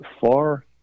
far